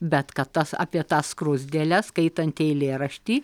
bet kad tas apie tą skruzdėlę skaitantį eilėraštį